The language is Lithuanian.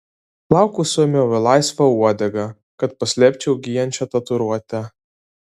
plaukus suėmiau į laisvą uodegą kad paslėpčiau gyjančią tatuiruotę